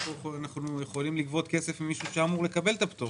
אנחנו יכולים לגבות כסף ממי שאמור לקבל את הפטור.